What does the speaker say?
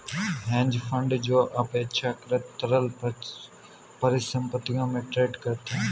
hedge fund जो अपेक्षाकृत तरल परिसंपत्तियों में ट्रेड करता है